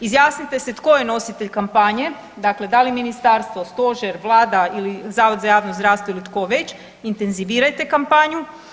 Izjasnite se tko je nositelj kampanje, dakle da li ministarstvo, stožer, vlada ili Zavod za javno zdravstvo ili tko već, intenzivirajte kampanju.